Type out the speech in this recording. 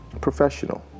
professional